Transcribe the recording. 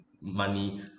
money